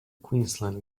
queensland